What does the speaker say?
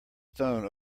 stone